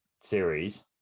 series